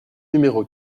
numéro